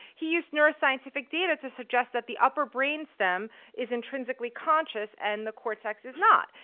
he used neuroscientific data to suggest that the upper brainstem is intrinsically conscious, and the cortex is not.